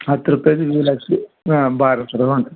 ಹತ್ತು ರೂಪಾಯ್ದು wheel active ಹಾಂ ಬಾರ್ ಸರ್ ಒಂದು